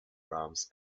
rams